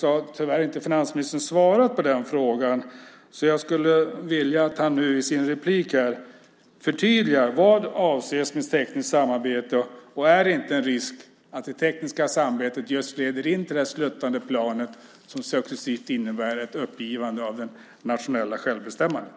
Jag vill att statsrådet i sitt inlägg förtydligar vad som avses med tekniskt samarbete. Finns det inte en risk att det tekniska samarbetet leder till det sluttande planet som successivt innebär ett uppgivande av det nationella självbestämmandet?